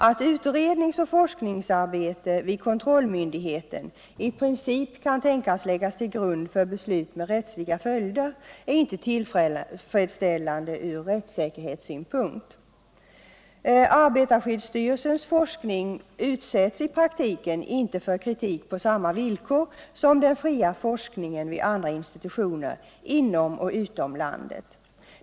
Att utredningsoch forskningsarbete vid kontrollmyndigheten i princip kan tänkas läggas till grund för beslut med rättsliga följder är inte tillfredsställande ur rättssäkerhetssynpunkt. Arbetarskyddsstyrelsens forskning utsätts i praktiken inte för kritik på samma villkor som den fria forskningen vid andra institutioner inom och utom landet.